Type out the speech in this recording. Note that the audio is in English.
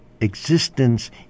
existence